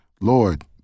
Lord